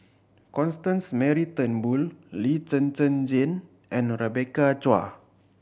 Constance Mary Turnbull Lee Zhen Zhen Jane and Rebecca Chua